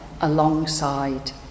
alongside